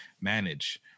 manage